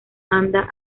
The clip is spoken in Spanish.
anda